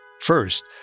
First